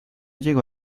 llegó